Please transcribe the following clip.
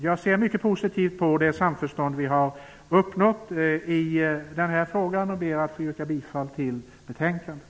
Jag ser mycket positivt på det samförstånd som vi har uppnått i den här frågan och ber att få yrka bifall till hemställan i betänkandet.